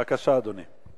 בבקשה, אדוני.